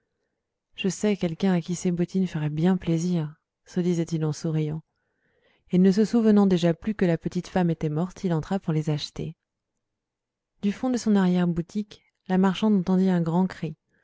je sais quelqu'un à qui ces bottines feraient bien plaisir se disait-il en souriant et ne se souvenant déjà plus que la petite femme était morte il entra pour les acheter du fond de son arrière-boutique la marchande entendit un grand cri